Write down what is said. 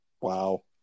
Wow